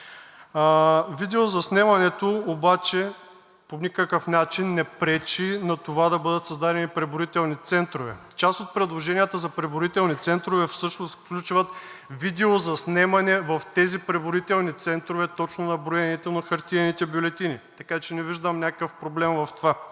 Видеозаснемането обаче по никакъв начин не пречи на това да бъдат създадени преброителни центрове. Част от предложенията за преброителни центрове всъщност включват видеозаснемане в тези преброителни центрове точно на броенето на хартиените бюлетини. Така че не виждам някакъв проблем в това.